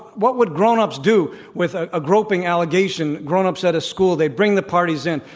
what would grown-ups do with ah a groping allegation, grown-ups at a school? they bring the parties in,